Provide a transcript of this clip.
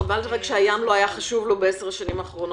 חבל רק שהים לא היה חשוב לו בעשר השנים האחרונות.